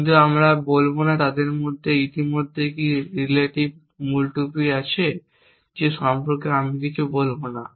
কিন্তু আমরা তাদের মধ্যে ইতিমধ্যেই কি রিলেটেড মুলতুবি আছে সে সম্পর্কে আমরা কিছু বলব না